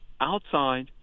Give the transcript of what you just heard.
outside